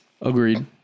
Agreed